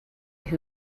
who